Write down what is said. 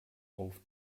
auf